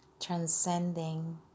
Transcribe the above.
transcending